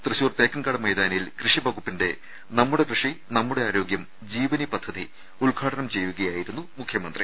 തൃശൂർ തേക്കിൻകാട് മൈതാനിയിൽ കൃഷിവകുപ്പിന്റെ നമ്മുടെ കൃഷി നമ്മുടെ ആരോഗ്യം ജീവനി പദ്ധതി ഉദ്ഘാടനം ചെയ്യുകയാ യിരുന്നു മുഖ്യമന്ത്രി